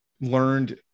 learned